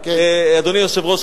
אדוני היושב-ראש,